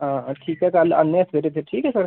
हां ठीक ऐ कल्ल औन्ने आं सवेरे ते ठीक ऐ सर